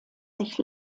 sich